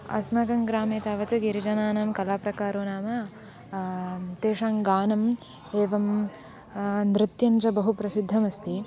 अस्माकं ग्रामे तावत् गिरिजनानां कलाप्रकारः नाम तेषां गानम् एवं नृत्यञ्च बहु प्रसिद्धमस्ति